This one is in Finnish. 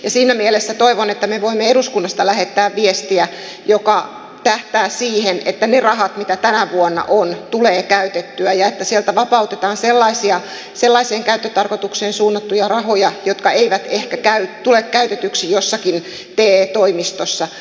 siinä mielessä toivon että me voimme eduskunnasta lähettää viestiä joka tähtää siihen että ne rahat mitä tänä vuonna on tulee käytettyä ja että sieltä vapautetaan sellaiseen käyttötarkoitukseen suunnattuja rahoja jotka eivät ehkä tule käytetyksi jossakin te toimistossa